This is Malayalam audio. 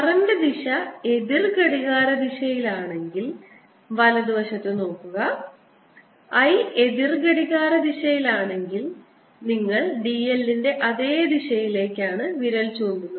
കറൻറ് ദിശ എതിർ ഘടികാരദിശയിൽ ആണെങ്കിൽ വലതുവശത്ത് നോക്കുക I എതിർ ഘടികാരദിശയിലാണെങ്കിൽ നിങ്ങൾ d l ൻറെ അതേ ദിശയിലേക്കാണ് വിരൽ ചൂണ്ടുന്നത്